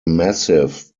massive